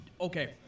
Okay